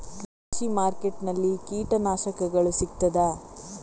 ಕೃಷಿಮಾರ್ಕೆಟ್ ನಲ್ಲಿ ಕೀಟನಾಶಕಗಳು ಸಿಗ್ತದಾ?